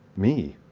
me.